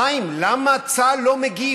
חיים, למה צה"ל לא מגיב?